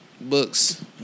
books